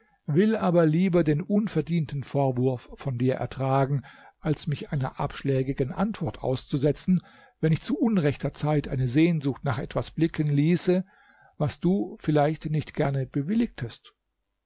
will aber lieber den unverdienten vorwurf von dir ertragen als mich einer abschlägigen antwort aussetzen wenn ich zu unrechter zeit eine sehnsucht nach etwas blicken ließe was du vielleicht nicht gerne bewilligtest